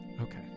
Okay